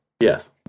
Yes